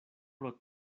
pro